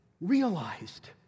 realized